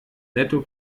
netto